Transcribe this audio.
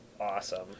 awesome